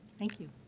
thank you.